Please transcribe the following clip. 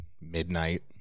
midnight